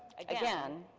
again,